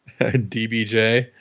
DBJ